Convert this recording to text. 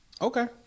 Okay